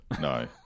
No